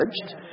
judged